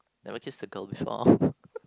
never kissed the girl before